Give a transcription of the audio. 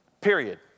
period